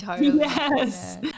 Yes